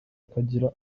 akagira